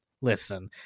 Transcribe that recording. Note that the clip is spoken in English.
listen